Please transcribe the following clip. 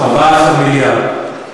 14 מיליארד.